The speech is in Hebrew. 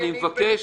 אני מבקש.